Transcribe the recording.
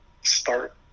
start